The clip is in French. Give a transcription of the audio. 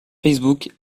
facebook